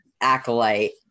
acolyte